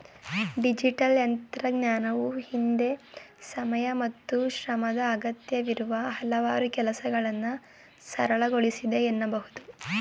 digital ತಂತ್ರಜ್ಞಾನವು ಹಿಂದೆ ಸಮಯ ಮತ್ತು ಶ್ರಮದ ಅಗತ್ಯವಿರುವ ಹಲವಾರು ಕೆಲಸಗಳನ್ನ ಸರಳಗೊಳಿಸಿದೆ ಎನ್ನಬಹುದು